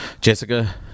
Jessica